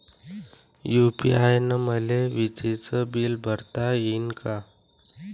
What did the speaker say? UPI न मले विजेचं बिल भरता यीन का?